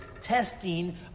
testing